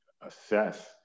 assess